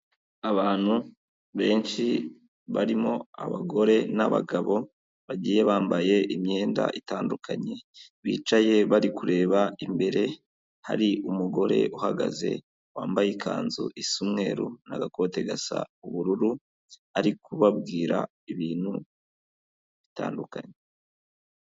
Abantu benshi barimo abagore n'abagabo, bagiye bambaye imyenda itandukanye, bicaye bari kureba imbere, hari umugore uhagaze wambaye ikanzu isa umweru n'agakote gasa ubururu, ari kubabwira ibintu bitandukanye.